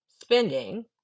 spending